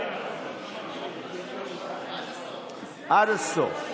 חבר הכנסת קרעי, עד הסוף?